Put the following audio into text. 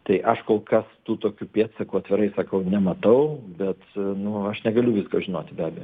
tai aš kol kas tų tokių pėdsakų atvirai sakau nematau bet nu aš negaliu visko žinoti be abejo